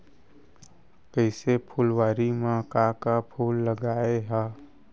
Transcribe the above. कइसे फुलवारी म का का फूल लगाय हा?